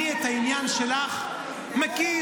אני את העניין שלך מכיר,